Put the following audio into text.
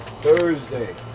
Thursday